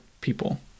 people